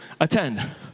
attend